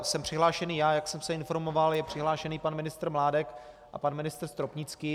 Jsem přihlášený já, jak jsem se informoval, je přihlášený pan ministr Mládek a pan ministr Stropnický.